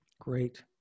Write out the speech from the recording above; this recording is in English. Great